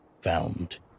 found